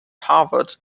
harvard